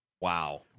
wow